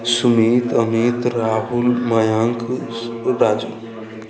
Sumit Amit Rahul Mayank Raju